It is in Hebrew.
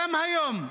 גם היום,